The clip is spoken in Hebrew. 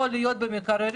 פה להיות במקררים,